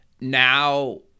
Now